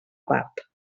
part